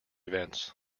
events